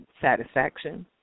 satisfaction